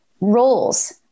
roles